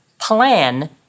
plan